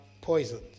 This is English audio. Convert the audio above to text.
poisoned